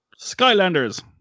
Skylanders